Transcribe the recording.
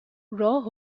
راه